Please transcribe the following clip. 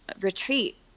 retreat